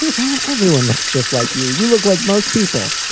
and man, everyone looks just like you. you look like most people